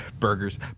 Burgers